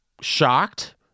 shocked